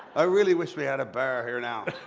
i really wish we had a bar here now.